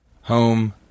home